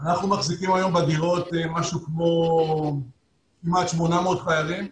אנחנו מחזיקים היום בדירות משהו כמו כמעט 800 חיילים.